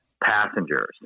passengers